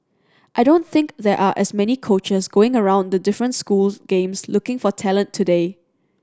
I don't think there are as many coaches going around the different schools games looking for talent today